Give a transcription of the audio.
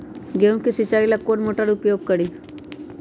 गेंहू के सिंचाई ला कौन मोटर उपयोग करी?